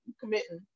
committing